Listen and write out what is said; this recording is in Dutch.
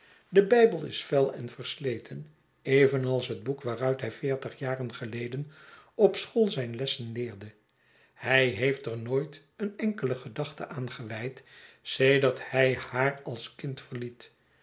de bijbel is vuil en versleten evenals het boek waaruit hij veertig jaren geleden op school zijn lessen leerde hij heeft er nooit een enkele gedachte aan gewijd sedert hij haar als kind verliet